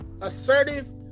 assertive